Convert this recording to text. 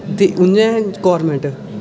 ते इयां गौरमेंट